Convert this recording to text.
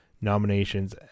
nominations